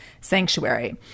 sanctuary